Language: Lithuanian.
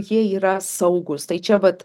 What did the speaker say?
jie yra saugūs tai čia vat